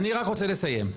אני רק רוצה לסיים.